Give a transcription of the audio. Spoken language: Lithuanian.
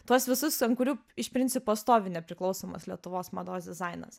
tuos visus ant kurių iš principo stovi nepriklausomos lietuvos mados dizainas